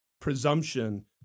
presumption